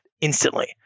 instantly